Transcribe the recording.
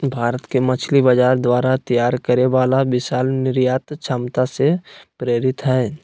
भारत के मछली बाजार द्वारा तैयार करे वाला विशाल निर्यात क्षमता से प्रेरित हइ